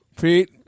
Pete